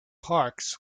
parks